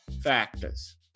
factors